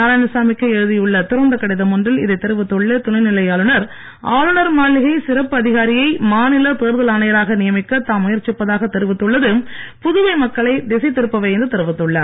நாராயணசாமிக்கு எழுதியுள்ள திறந்த கடிதம் ஒன்றில் இதை தெரிவித்துள்ள துணைநிலை ஆளுநர் ஆளுநர் மாளிகை சிறப்பு அதிகாரியை மாநில தேர்தல் ஆணையராக நியமிக்க தாம் முயற்சிப்பதாக தெரிவித்துள்ளது புதுவை மக்களை திசை திருப்பவே என்று தெரிவித்துள்ளார்